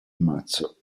mazzo